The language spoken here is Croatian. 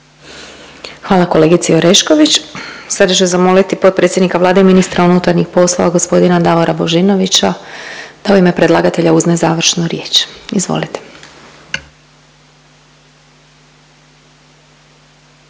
Hvala kolegici Orešković. Sada ću zamoliti potpredsjednika Vlade i ministra unutarnjih poslova g. Davora Božinovića da u ime predlagatelja uzme završnu riječ. Izvolite.